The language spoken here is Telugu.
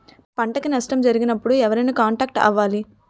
పంటకు నష్టం జరిగినప్పుడు ఎవరిని కాంటాక్ట్ అవ్వాలి?